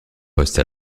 postes